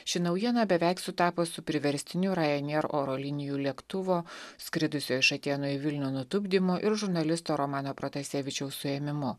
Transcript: ši naujiena beveik sutapo su priverstiniu rainier oro linijų lėktuvo skridusio iš atėnų į vilnių nutupdymo ir žurnalisto romano protasevičiaus suėmimo